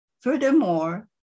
Furthermore